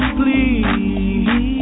please